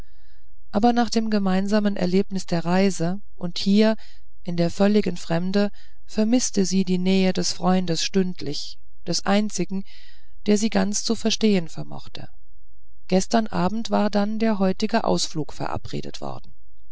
aber nach dem gemeinsamen erlebnis der reise und hier in der völligen fremde vermißte sie die nähe des freundes stündlich des einzigen der sie ganz zu verstehen vermochte gestern abend war dann der heutige ausflug verabredet worden